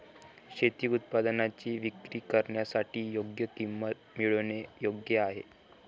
शेती उत्पादनांची विक्री करण्यासाठी योग्य किंमत मिळवणे योग्य आहे